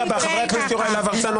חבר הכנסת יוראי להב הרצנו,